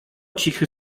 cichy